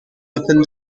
upon